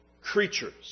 creatures